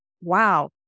wow